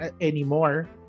anymore